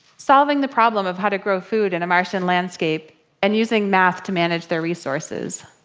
solving the problem of how to grow food in a martian landscape and using math to manage their resources.